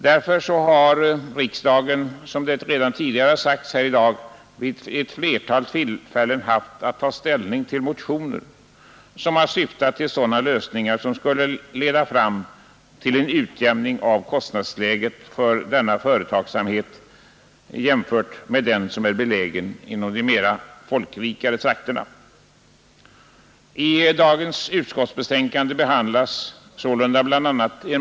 Därför har riksdagen, som det redan tidigare sagts här i dag, vid ett flertal tillfällen haft att ta ställning till motioner, som har syftat till sådana lösningar som skulle leda fram till en utjämning av kostnadsläget för denna företagsamhet jämfört med den som är belägen inom de mera folkrika trakterna.